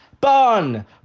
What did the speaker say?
Bon